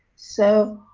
so,